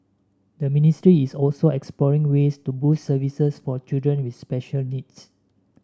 the ministry is also exploring ways to boost services for children with special needs